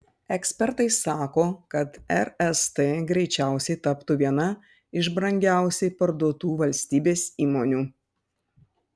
ekspertai sako kad rst greičiausiai taptų viena iš brangiausiai parduotų valstybės įmonių